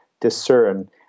discern